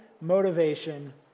motivation